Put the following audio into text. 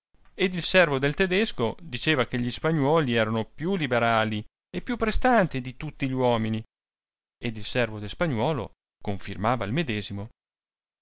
ed il servo del tedesco diceva che gli spagnuoli erano più liberali e più prestanti di tutti gli uomini ed il servo del spagnuolo confirmava il medesimo